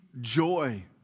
joy